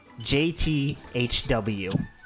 JTHW